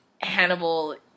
Hannibal